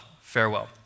Farewell